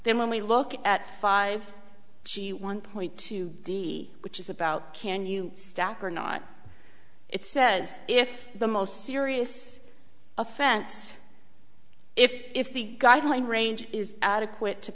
there when we look at five she one point two d which is about can you stack or not it says if the most serious offense if the guideline range is adequate to